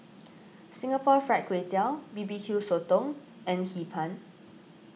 Singapore Fried Kway Tiao BBQ Sotong and Hee Pan